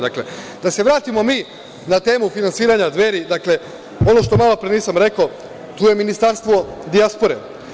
Da se vratimo mi na temu finansiranja Dveri, dakle ono što malopre nisam rekao, tu je Ministarstvo dijaspore.